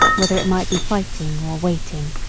whether it might be fighting or waiting.